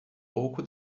pouco